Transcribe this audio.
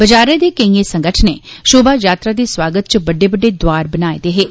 बाज़ारै दे केइयें संगठनें शोभा यात्रा दे स्वागत च बड्डे बड्डे द्वार बनाए दे हे